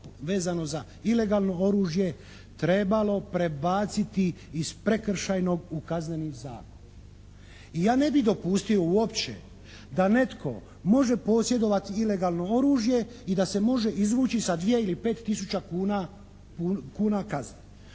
posebno za ilegalno oružje trebalo prebaciti iz Prekršajnog u Kazneni zakon. I ja ne bi dopustio uopće da netko može posjedovati ilegalno oružje i da se može izvući sa dvije ili pet tisuća kuna kazne.